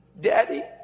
Daddy